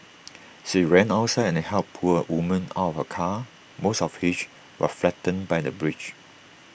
she ran outside and helped pull A woman out of her car most of which was flattened by the bridge